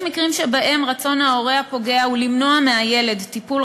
יש מקרים שבהם רצון ההורה הפוגע הוא למנוע מהילד טיפול